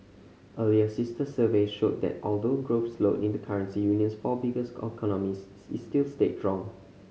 earlier sister survey showed that although growth slowed in the currency union's four biggest economies is still stayed strong